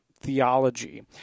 Theology